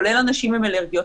כולל אנשים עם אלרגיות,